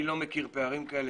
אני לא מכיר פערים כאלה.